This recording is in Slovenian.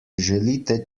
želite